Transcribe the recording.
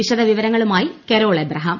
വിശദ വിവരങ്ങളുമായി കരോൾ അബ്രഹാം